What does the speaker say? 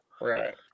Right